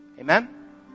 Amen